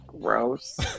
Gross